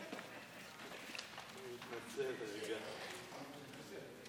אתה רוצה שנעשה החלפה עם חבר הכנסת סגלוביץ'?